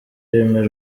bemera